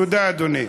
תודה, אדוני.